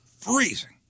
freezing